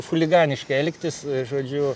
chuliganiškai elgtis žodžiu